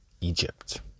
Egypt